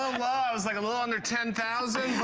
low, i was like a little under ten thousand,